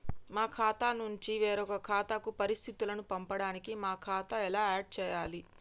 మా ఖాతా నుంచి వేరొక ఖాతాకు పరిస్థితులను పంపడానికి మా ఖాతా ఎలా ఆడ్ చేయాలి?